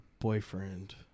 boyfriend